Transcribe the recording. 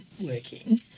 working